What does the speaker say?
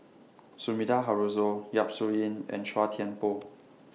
Sumida Haruzo Yap Su Yin and Chua Thian Poh